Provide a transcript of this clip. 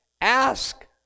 ask